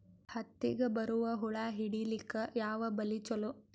ಹತ್ತಿಗ ಬರುವ ಹುಳ ಹಿಡೀಲಿಕ ಯಾವ ಬಲಿ ಚಲೋ?